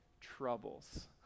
troubles